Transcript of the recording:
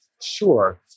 Sure